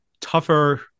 tougher